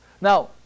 Now